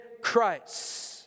Christ